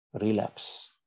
relapse